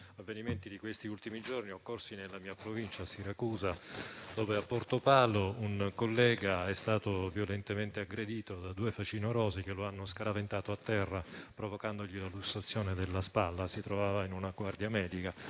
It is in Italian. avvenimenti di questi ultimi giorni occorsi nella mia provincia, Siracusa, dove a Portopalo un collega è stato violentemente aggredito da due facinorosi che lo hanno scaraventato a terra provocandogli una lussazione della spalla; inoltre, in una guardia medica,